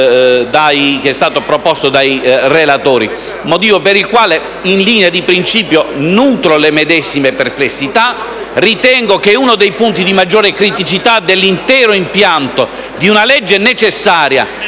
che è stato proposto dal relatore. Questo è il motivo per il quale, in linea di principio, nutro le medesime perplessità e ritengo che uno dei punti di maggiore criticità dell'intero impianto di una legge necessaria